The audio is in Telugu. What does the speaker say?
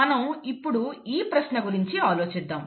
మనం ఇప్పుడు ఈ ప్రశ్న గురించి ఆలోచిద్దాం